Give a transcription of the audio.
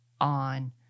on